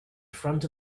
front